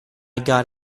got